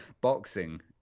boxing